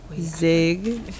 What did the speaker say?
Zig